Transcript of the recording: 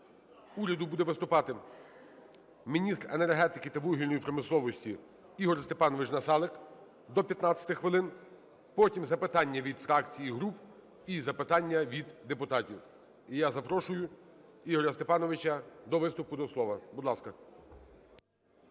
уряду буде виступати міністр енергетики та вугільної промисловості Ігор Степанович Насалик, до 15 хвилин. Потім – запитання від фракцій і груп, і запитання від депутатів. І я запрошую Ігоря Степановича до виступу до слова. Будь ласка.